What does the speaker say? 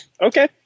Okay